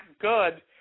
good